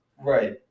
Right